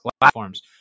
platforms